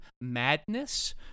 Madness